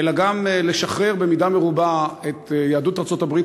אלא גם ישחרר במידה מרובה את יהדות ארצות-הברית